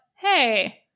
hey